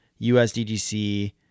USDGC